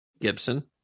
Gibson